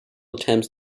attempts